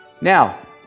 Now